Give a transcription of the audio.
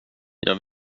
jag